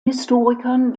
historikern